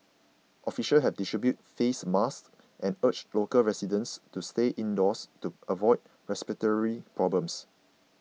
officials have distributed face masks and urged local residents to stay indoors to avoid respiratory problems